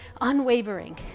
unwavering